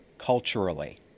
Culturally